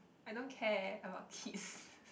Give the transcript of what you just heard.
I don't care about kids